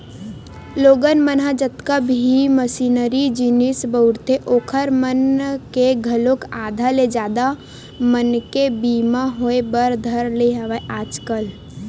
लोगन मन ह जतका भी मसीनरी जिनिस बउरथे ओखर मन के घलोक आधा ले जादा मनके बीमा होय बर धर ने हवय आजकल